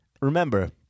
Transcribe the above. Remember